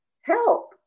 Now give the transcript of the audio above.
help